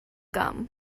gum